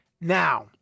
now